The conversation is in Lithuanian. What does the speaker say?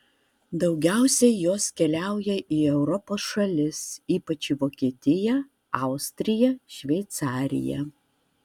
daugiausiai jos keliauja į europos šalis ypač į vokietiją austriją šveicariją